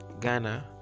Ghana